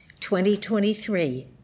2023